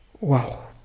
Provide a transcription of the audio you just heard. Wow